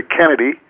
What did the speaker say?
Kennedy